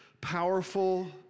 powerful